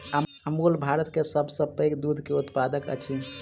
अमूल भारत के सभ सॅ पैघ दूध के उत्पादक अछि